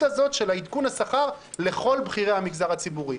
הזאת של עדכון השכר לכל בכירי המגזר הציבורי.